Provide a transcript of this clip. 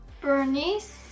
Bernice